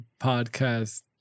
podcast